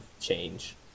change